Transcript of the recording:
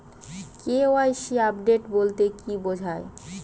KYC update বলতে কি বোঝায়?